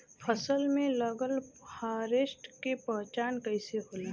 फसल में लगल फारेस्ट के पहचान कइसे होला?